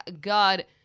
god